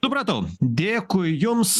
supratau dėkui jums